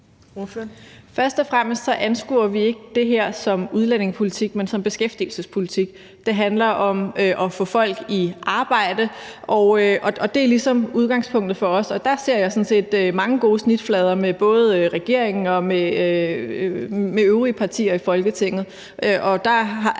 Først og fremmest ser vi ikke det her som udlændingepolitik, men som beskæftigelsespolitik; det handler om at få folk i arbejde, og det er sådan set udgangspunktet for os. Og der ser jeg sådan set mange gode snitflader, både med regeringen og med øvrige partier i Folketinget,